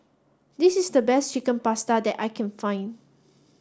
this is the best Chicken Pasta that I can find